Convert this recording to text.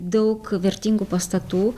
daug vertingų pastatų